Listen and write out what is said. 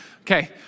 Okay